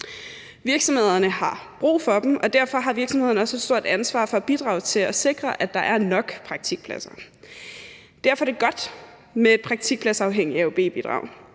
Virksomhederne har brug for dem, og derfor har virksomhederne også et stort ansvar for at bidrage til at sikre, at der er nok praktikpladser. Derfor er det godt med et praktikpladsafhængigt AUB-bidrag,